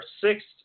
sixth